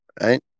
right